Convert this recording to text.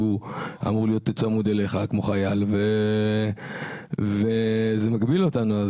שאמור להיות צמוד אליך כמו חייל, זה מגביל אותנו.